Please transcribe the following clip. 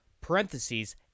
parentheses